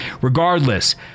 regardless